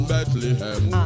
Bethlehem